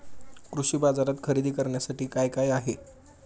कृषी बाजारात खरेदी करण्यासाठी काय काय आहे?